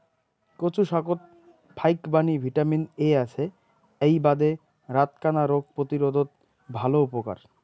কচু শাকত ফাইকবাণী ভিটামিন এ আছে এ্যাই বাদে রাতকানা রোগ প্রতিরোধত ভালে উপকার